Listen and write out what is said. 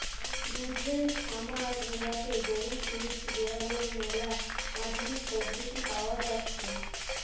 দুধের খামার গুলাতে গরুর দুধ দোহানোর ম্যালা আধুনিক পদ্ধতি পাওয়া জাতিছে